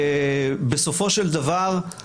בסופו של דבר, שוב,